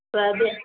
ସୁଆଦିଆ